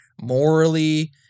morally